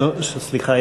סליחה,